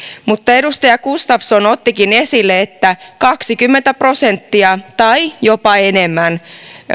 mutta edustaja gustafsson ottikin esille että kaksikymmentä prosenttia lapsista tai jopa enemmän